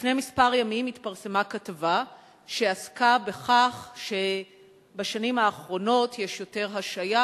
לפני מספר ימים התפרסמה כתבה שעסקה בכך שבשנים האחרונות יש יותר השעיה,